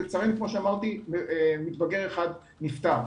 לצערנו, כמו שאמרתי, מתבגר אחד נפטר.